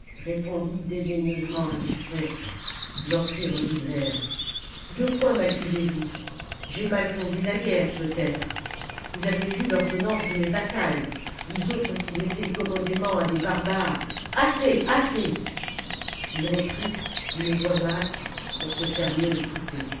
répondit dédaigneusement le suffète leurs cris redoublèrent de quoi maccusez vous j'ai mal conduit la guerre peut-être vous avez vu l'ordonnance de mes batailles vous autres qui laissez commodément à des barbares assez assez ii reprit d'une voix basse pour se faire mieux écouter